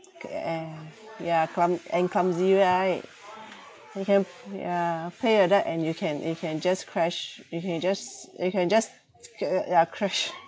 K and yeah clum~ and clumsy right you can yeah play your dart and you can you can just crash you can just you can just ya crash